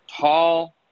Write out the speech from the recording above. tall